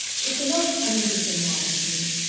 it's a most uninteresting matter to me.